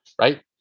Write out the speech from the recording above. right